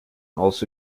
also